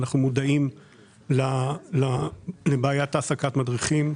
אנחנו מודעים לבעיית העסקת מדריכים.